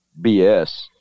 BS